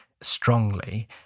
strongly